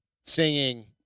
singing